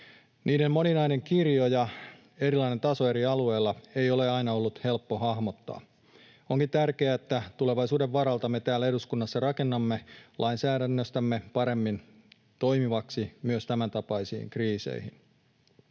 Niiden moninaista kirjoa ja erilaista tasoa eri alueilla ei ole aina ollut helppo hahmottaa. Onkin tärkeää, että tulevaisuuden varalta me täällä eduskunnassa rakennamme lainsäädännöstämme paremmin toimivan myös tämän tapaisiin kriiseihin.